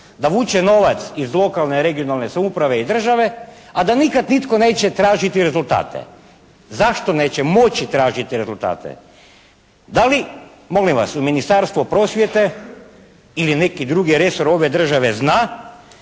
da vuče novac iz lokalne regionalne samouprave i države, a da nitko nikad neće tražiti rezultate. Zašto neće moći tražiti rezultate? Da li, molim vas u Ministarstvo prosvjete ili neki drugi resor ove države zna